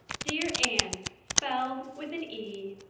dear anne spelled with an e,